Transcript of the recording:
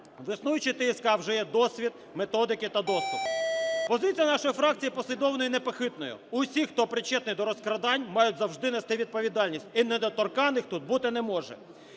В існуючій ТСК вже є досвід, методики та доступ. Позиція нашої фракції є послідовною та непохитною: усі, хто причетні до розкрадань, мають завжди нести відповідальність, і недоторканних тут бути не може.